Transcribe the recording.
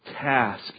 task